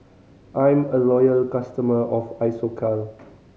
I'm a loyal customer of Isocal